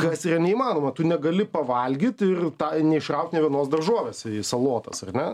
kas yra neįmanoma tu negali pavalgyt ir neišraut nė vienos daržovės į salotas ar ne